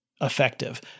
effective